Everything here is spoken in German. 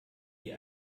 die